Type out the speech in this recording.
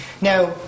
Now